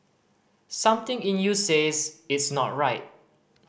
something in you says it's not right